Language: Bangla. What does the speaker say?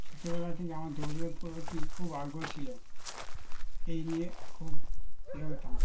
ছোটবেলা থেকে আমার দৌড়ের প্রতি খুব আগ্রহ ছিল এই নিয়ে খুব এ হতাম